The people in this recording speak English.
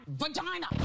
vagina